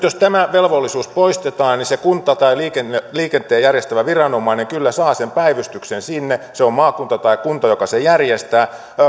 jos tämä velvollisuus nyt poistetaan niin se kunta tai liikenteen järjestävä viranomainen kyllä saa sen päivystyksen sinne se on maakunta tai kunta joka sen järjestää